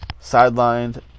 sidelined